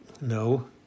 No